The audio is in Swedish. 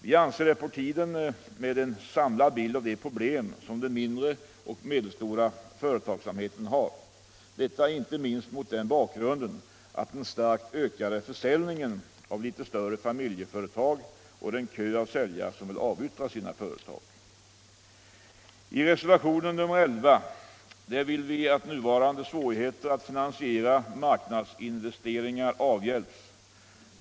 Vi anser det vara på tiden att få en samlad bild av de problem som den mindre och medelstora företagsamheten har — detta inte minst mot bakgrund av den starkt ökade försäljningen av litet större familjeföretag och den kö av säljare som vill avyttra sina företag. Så till reservation nr 11, där vi vill att nuvarande svårigheter att finansiera marknadsinvesteringar avhjälps.